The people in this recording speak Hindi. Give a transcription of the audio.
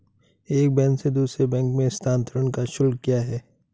एक बैंक से दूसरे बैंक में स्थानांतरण का शुल्क क्या है?